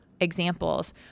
examples